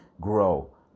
grow